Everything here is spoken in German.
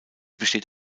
besteht